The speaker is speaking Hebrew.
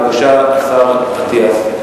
בבקשה, השר אטיאס.